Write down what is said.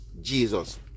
jesus